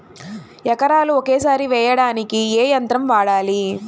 ఎకరాలు ఒకేసారి వేయడానికి ఏ యంత్రం వాడాలి?